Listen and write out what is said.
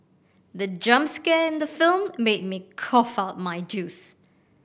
the jump scare in the film made me cough out my juice